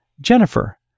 Jennifer